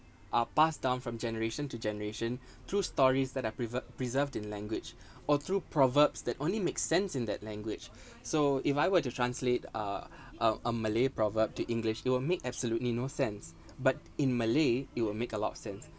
are passed down from generation to generation through stories that are preve~ preserved in language or through proverbs that only make sense in that language so if I were to translate uh uh a malay proverb to english they will make absolutely no sense but in malay it will make a lot of sense